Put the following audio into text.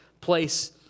place